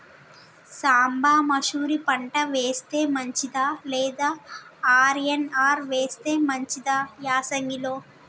సాంబ మషూరి పంట వేస్తే మంచిదా లేదా ఆర్.ఎన్.ఆర్ వేస్తే మంచిదా యాసంగి లో?